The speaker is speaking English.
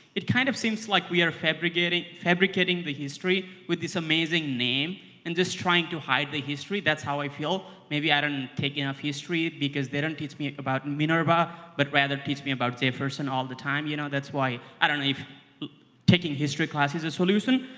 it kind of seems like we are fabricating fabricating the history with this amazing name and just trying to hide the history. that's how i feel. maybe i don't take enough history because they don't teach me about mineraba, but rather teach me about jefferson all the time. you know, that's why i don't know if taking history classes is solution,